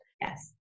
Yes